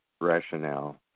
rationale